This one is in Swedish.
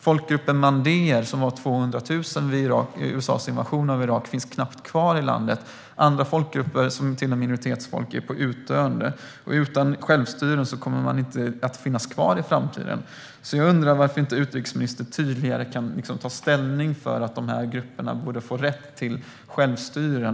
Folkgruppen mandéer, som omfattade 200 000 människor vid USA:s invasion av Irak, finns knappt kvar i landet. Andra folkgrupper - minoritetsfolk - är på utdöende. Utan självstyre kommer de inte att finnas kvar i framtiden. Varför kan inte utrikesministern tydligare ta ställning för att grupperna borde få rätt till självstyre?